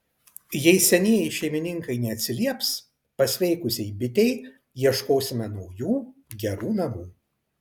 jei senieji šeimininkai neatsilieps pasveikusiai bitei ieškosime naujų gerų namų